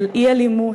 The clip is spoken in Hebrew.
של אי-אלימות,